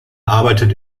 arbeitet